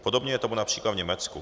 Podobně je tomu například v Německu.